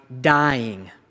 dying